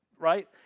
Right